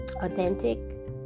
authentic